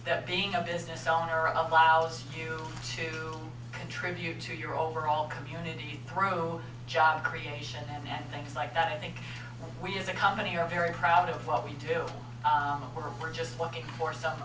that being a business owner allows you to contribute to your overall community through job creation and things like that i think we as a company are very proud of what we do we're just looking for some